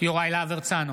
יוראי להב הרצנו,